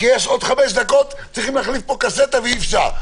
כי בעוד חמש דקות צריך להחליף סוללה ואי-אפשר.